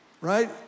right